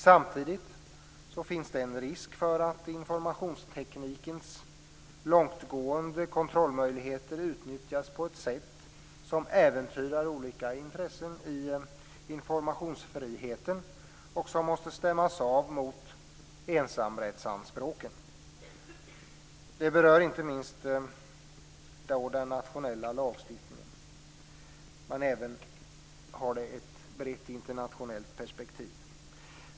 Samtidigt finns det en risk för att informationsteknikens långtgående kontrollmöjligheter utnyttjas på ett sätt som äventyrar olika intressen i informationsfriheten och som måste stämmas av mot ensamrättsanspråken. Det berör inte minst den nationella lagstiftningen. Men det har även ett brett internationellt perspektiv.